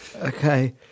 Okay